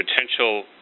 potential